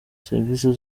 services